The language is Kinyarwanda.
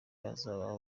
bazaba